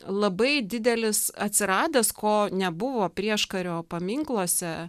labai didelis atsiradęs ko nebuvo prieškario paminkluose